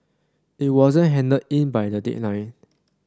it wasn't handed in by the deadline